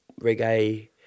reggae